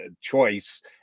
choice